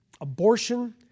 abortion